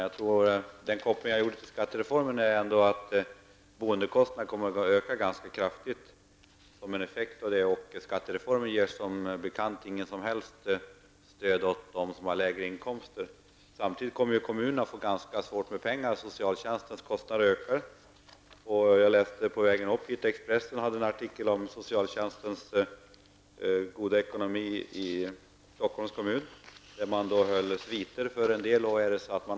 Herr talman! Min koppling till skattereformen är att boendekostnaden som en effekt av denna kommer att öka ganska kraftigt. Skattereformen ger som bekant inga som helst fördelar till dem som har de låga inkomsterna. Samtidigt kommer kommunerna att få det ekonomiskt ganska svårt. Kostnaderna för socialtjänsten ökar. Jag läste på vägen hit Expressen, som hade en artikel om den goda ekonomin för socialtjänsten i Stockholm. Man hyr t.ex. sviter för de hemlösa.